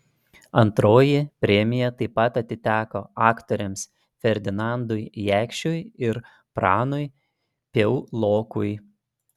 antroji premija taip pat atiteko aktoriams ferdinandui jakšiui ir pranui piaulokui